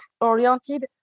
oriented